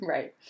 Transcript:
Right